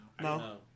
No